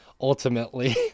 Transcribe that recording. Ultimately